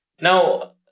Now